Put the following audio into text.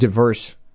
diverse